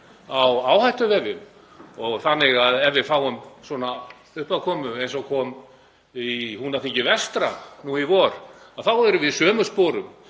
á áhættuvefjum þannig að ef við fáum svona uppákomu eins og í Húnaþingi vestra nú í vor þá erum við í sömu sporum.